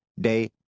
day